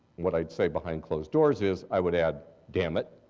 what i'd say behind closed doors is i would add, damn it.